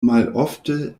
malofte